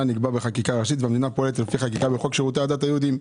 נקבע בחקיקה ראשית והמדינה פועלת לפי חקיקה לחוק שירותי הדת היהודיים.